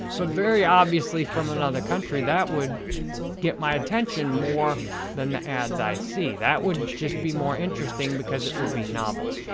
but very obviously from another country, that would get my attention more than the ads i see. that would just be more interesting because it would be novel.